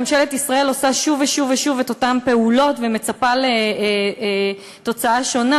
ממשלת ישראל עושה שוב ושוב ושוב את אותן פעולות ומצפה לתוצאה שונה.